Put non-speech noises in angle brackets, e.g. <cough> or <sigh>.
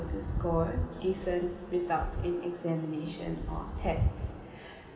just go and discern results in examination or test <breath>